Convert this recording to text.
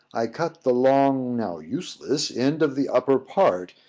i cut the long, now useless end of the upper part,